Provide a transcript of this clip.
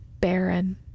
barren